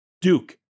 Duke